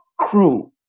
crew